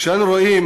כשאנו רואים